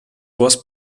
was